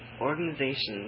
Organizations